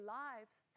lives